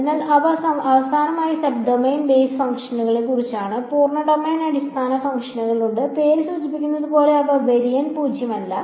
അതിനാൽ അവ അവസാനമായി സബ് ഡൊമെയ്ൻ ബേസ് ഫംഗ്ഷനെക്കുറിച്ചാണ് പൂർണ്ണ ഡൊമെയ്ൻ അടിസ്ഥാന ഫംഗ്ഷനുകൾ ഉണ്ട് പേര് സൂചിപ്പിക്കുന്നത് പോലെ അവ വരിയിൽ പൂജ്യമല്ല